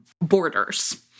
Borders